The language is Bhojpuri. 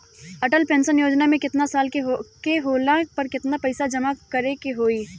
अटल पेंशन योजना मे केतना साल के होला पर केतना पईसा जमा करे के होई?